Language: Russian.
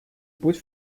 путь